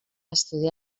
estudiar